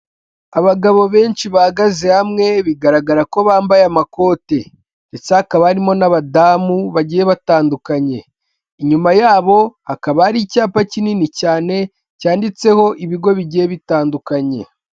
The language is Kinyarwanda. Abagabo benshi bahagaze hamwe bigaragara ko bambaye amakote ndetse hakaba harimo n'abadamu bagiye batandukanye, inyuma yabo hakaba ari icyapa kinini cyane cyanditseho ibigo bigiye bitandukanye.